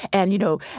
and you know,